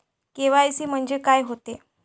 KYC म्हंनजे का होते?